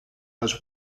was